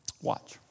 Watch